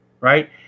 right